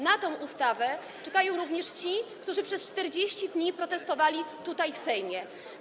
Na tę ustawę czekają również ci, którzy przez 40 dni protestowali tutaj w Sejmie.